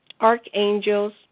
archangels